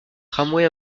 tramway